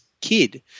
kid